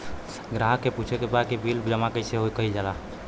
ग्राहक के पूछे के बा की बिल जमा कैसे कईल जाला?